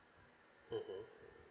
mmhmm